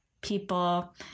people